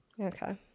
Okay